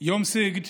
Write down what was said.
סיגד